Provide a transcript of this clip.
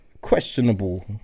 questionable